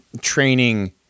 training